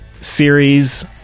Series